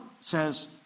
says